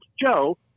Joe